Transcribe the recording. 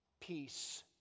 peace